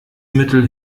mittel